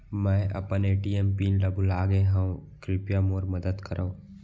मै अपन ATM pin ला भूलागे हव, कृपया मोर मदद करव